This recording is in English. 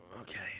Okay